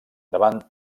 davant